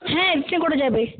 হ্যাঁ এক্সচেঞ্জ করা যাবে